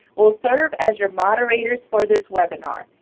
will serve as your moderators for this webinar.